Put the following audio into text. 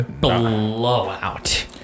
blowout